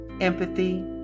empathy